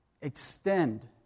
extend